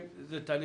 זה לפי